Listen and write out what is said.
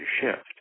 shift